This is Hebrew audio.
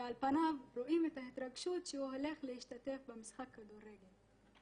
ועל פניו רואים את ההתרגשות שהוא הולך להשתתף במשחק כדורגל.